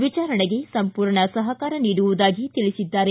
ವಿಚಾರಣೆಗೆ ಸಂಪೂರ್ಣ ಸಹಕಾರ ನೀಡುವುದಾಗಿ ತಿಳಿಸಿದ್ದಾರೆ